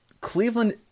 Cleveland